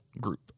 group